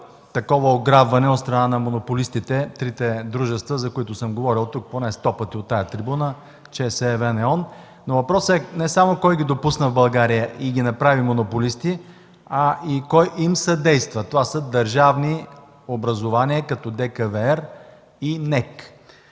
такова ограбване от страна на монополистите – трите дружества, за които съм говорил поне сто пъти от тази трибуна: ЧЕЗ, EVN, Е.OН. Въпросът е не само кой ги допусна в България и ги направи монополисти, а и кой им съдейства?! Това са държавни образувания като Държавната